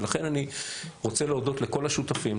ולכן אני רוצה להודות לכל השותפים,